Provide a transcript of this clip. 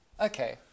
Okay